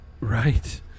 Right